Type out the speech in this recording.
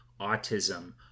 autism